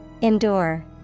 Endure